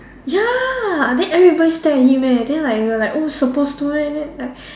ya then everybody stare at him eh then like we were like oh supposed to meh then like